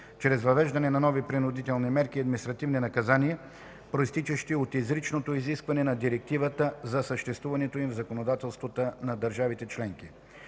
чрез въвеждане на нови принудителни мерки и административни наказания, произтичащи от изричното изискване на Директивата за съществуването им в законодателствата на държавите членки.